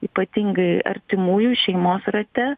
ypatingai artimųjų šeimos rate